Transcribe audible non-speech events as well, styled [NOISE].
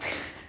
[NOISE]